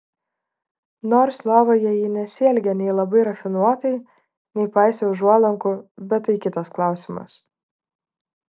nors lovoje ji nesielgė nei labai rafinuotai nei paisė užuolankų bet tai kitas klausimas